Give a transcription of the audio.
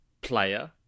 player